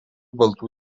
baltų